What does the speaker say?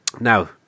Now